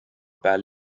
peal